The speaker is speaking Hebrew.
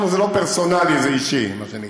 אנחנו, זה לא פרסונלי, זה אישי, מה שנקרא.